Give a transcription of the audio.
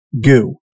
goo